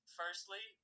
firstly